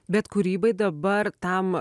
bet kūrybai dabar tam